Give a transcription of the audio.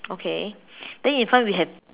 okay then in front we have